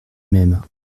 même